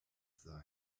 sein